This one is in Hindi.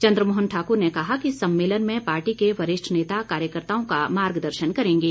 चंद्र मोहन ठाकुर ने कहा कि सम्मेलन में पार्टी के वरिष्ठ नेता कार्यकर्ताओं का मार्गदर्शन करेंगे